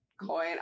coin